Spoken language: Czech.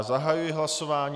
Zahajuji hlasování.